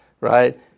right